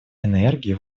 энергии